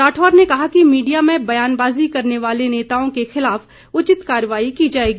राठौर ने कहा कि मीडिया में बयानबाज़ी करने वाले नेताओं के खिलाफ उचित कार्रवाई की जाएगी